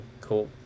cool